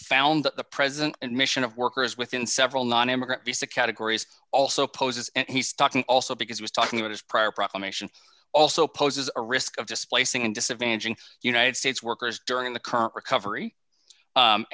found that the president and mission of workers within several nonimmigrant visa categories also poses and he's talking also because he was talking about his prior proclamation also poses a risk of displacing and disadvantaging united states workers during the current recovery